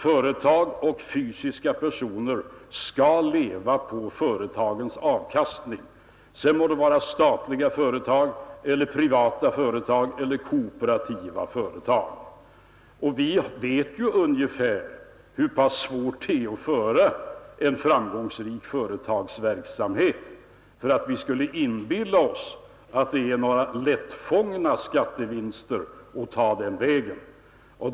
Företag och fysiska personer skall leva på företagens avkastning — sedan må det vara statliga företag eller privata företag eller kooperativa företag. Och vi vet ju hur pass svårt det är att driva en framgångsrik företagsverksamhet, så vi inbillar oss inte att det är några lättfångna skattevinster att ta den vägen.